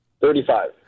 Thirty-five